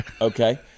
okay